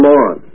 on